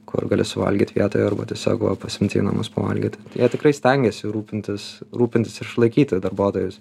kur gali suvalgyt vietoj arba tiesiog va pasiimt į namus pavalgyt jie tikrai stengiasi rūpintis rūpintis ir išlaikyti darbuotojus